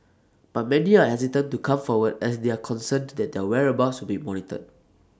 but many are hesitant to come forward as they are concerned that their whereabouts would be monitored